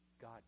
God